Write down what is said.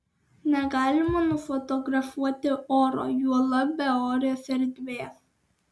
negalima nufotografuoti oro juolab beorės erdvės